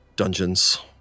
Dungeons